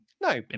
No